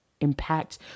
impact